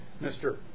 Mr